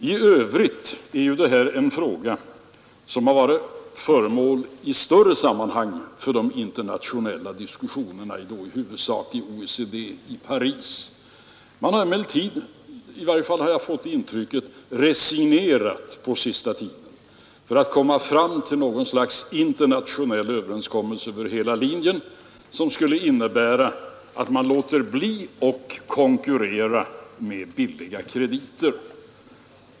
I övrigt är ju detta en fråga, som i större sammanhang har varit föremål för internationella diskussioner, i huvudsak i OECD i Paris. Man har emellertid — i varje fall har jag fått det intrycket — resignerat på den sista tiden när det gäller att komma fram till något slags internationell överenskommelse över hela linjen, som skulle innebära att man låter bli att konkurrera med billiga krediter.